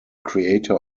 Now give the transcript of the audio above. creator